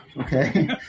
Okay